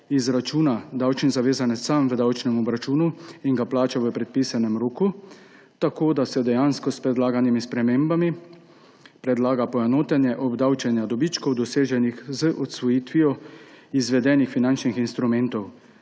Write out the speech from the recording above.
izračuna davčni zavezanec sam v davčnem obračunu in ga plača v predpisanem roku, tako da se dejansko s predlaganimi spremembami predlaga poenotenje obdavčevanja dobičkov, doseženih z odsvojitvijo izvedenih finančnih instrumentov.